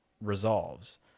resolves